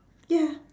ya